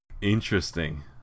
Interesting